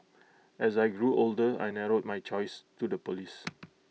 as I grew older I narrowed my choice to the Police